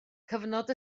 cyfnod